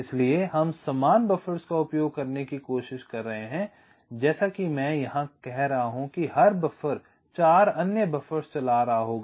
इसलिए हम समान बफ़र्स का उपयोग करने की कोशिश कर रहे हैं जैसे कि मैं यहाँ कह रहा हूँ कि हर बफ़र 4 अन्य बफ़र्स चला रहा होगा